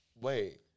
Wait